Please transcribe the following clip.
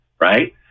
right